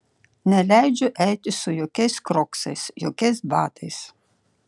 neleidžiu eiti su jokiais kroksais jokiais batais